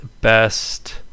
best